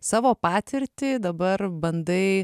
savo patirtį dabar bandai